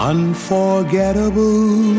Unforgettable